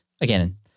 again